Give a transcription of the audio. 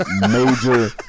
major